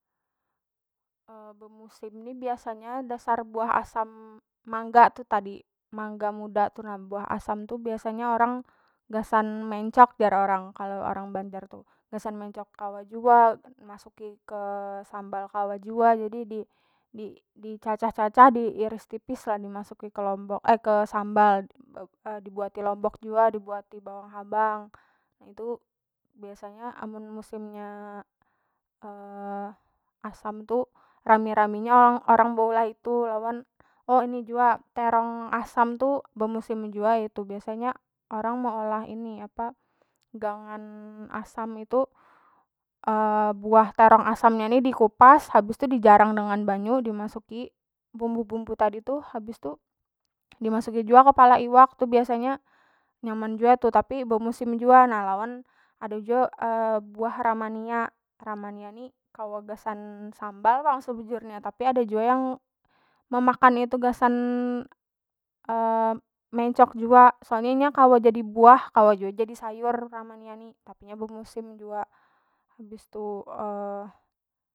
bemusim ni biasanya dasar buah asam mangga tu tadi mangga muda tu nah buah asam tu biasanya orang gasan mencok jar orang kalo orang banjar tu gasan mencok kawa jua masuki ke sambal kawa jua jadi di- dicacah- cacah diiris tipis lah dimasuki ke lombok ke sambal dibuati lombok jua dibuati bawang habang na itu biasanya amun musim nya asam tu rami- rami nya orang- orang beulah itu lawan o ini jua terong asam tu bemusim jua ya itu biasanya orang meolah ini apa gangan asam itu buah terong asam nya ni dikupas habis tu dijarang dengan banyu dimasuki bumbu- bumbu tadi tu habis tu dimasuki jua kepala iwak tu biasanya nyaman jua tu tapi bemusim jua na lawan ada jua buah ramania- ramania ni kawa gasan sambal pang sebujurnya tapi ada jua yang memakan itu gasan mencok jua soalnya inya kawa jadi buah kawa jua jadi sayur ramania ni tapi inya bemusim jua habis tu.